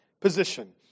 position